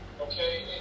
okay